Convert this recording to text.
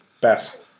best